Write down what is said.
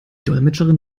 dolmetscherin